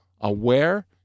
aware